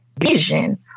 vision